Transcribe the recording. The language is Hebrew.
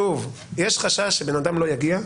יש חשש שבן אדם לא יגיע,